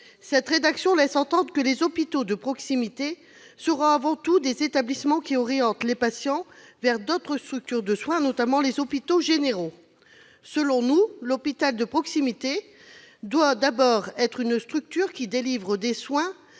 telle rédaction laisse entendre que les hôpitaux de proximité seront avant tout des établissements qui orientent les patients vers d'autres structures de soins, notamment les hôpitaux généraux. Selon nous, l'hôpital de proximité doit d'abord être une structure d'accueil qui délivre des soins